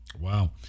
Wow